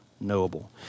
knowable